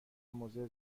موضع